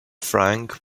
frank